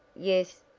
yes,